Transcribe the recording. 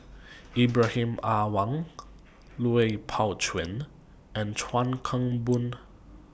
Ibrahim Awang Lui Pao Chuen and Chuan Keng Boon